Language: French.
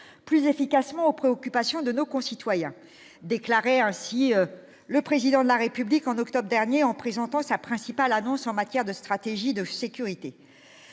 plus efficacement aux préoccupations de nos concitoyens, déclarait ainsi le président de la République en octobre dernier en présentant sa principale annonce en matière de stratégie de sécurité,